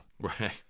Right